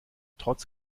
trotz